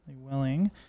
willing